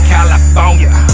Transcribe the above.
California